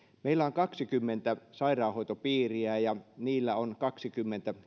meillä on kaksikymmentä sairaanhoitopiiriä ja niillä on kaksikymmentä